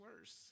worse